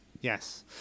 Yes